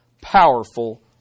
powerful